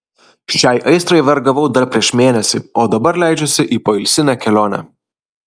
šiai aistrai vergavau dar prieš mėnesį o dabar leidžiuosi į poilsinę kelionę